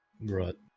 Right